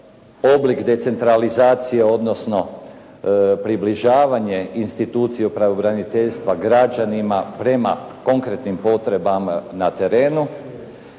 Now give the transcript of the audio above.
oblik decentralizacije odnosno približavanje institucije u pravobraniteljstva građanima prema konkretnim potrebama na terenu,